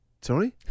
sorry